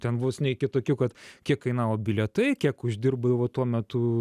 ten vos ne iki tokių kad kiek kainavo bilietai kiek uždirbai va tuo metu